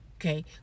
Okay